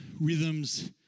rhythms